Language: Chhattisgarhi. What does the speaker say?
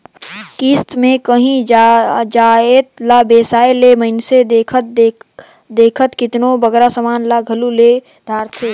किस्त में कांही जाएत ला बेसाए ले मइनसे देखथे देखत केतनों बगरा समान ल घलो ले धारथे